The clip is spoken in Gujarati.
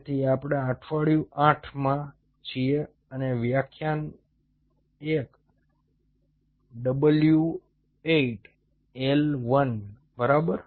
તેથી આપણે અઠવાડિયા 8 માં છીએ અને વ્યાખ્યાન 1 w 8 l 1 બરાબર